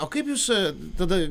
o kaip jūs tada